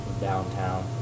downtown